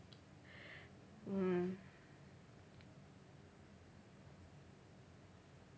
mm